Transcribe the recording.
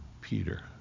Peter